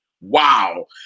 Wow